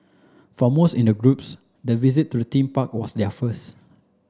for most in the groups the visit to the theme park was their first